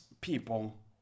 people